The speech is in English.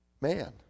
man